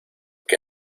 que